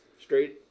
Straight